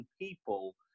people